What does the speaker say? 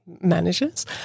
managers